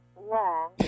long